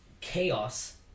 chaos